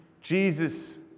Jesus